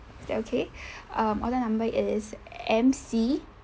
is that okay um order number it is M_C